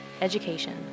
Education